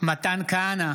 מתן כהנא,